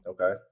Okay